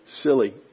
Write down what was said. silly